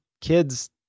kids